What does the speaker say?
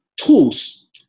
tools